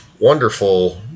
wonderful